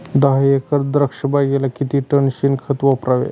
दहा एकर द्राक्षबागेला किती टन शेणखत वापरावे?